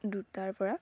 দুটাৰ পৰা